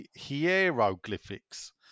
Hieroglyphics